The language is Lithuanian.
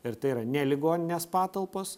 ir tai yra ne ligoninės patalpos